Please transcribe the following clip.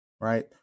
right